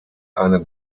eine